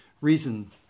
reason